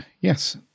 yes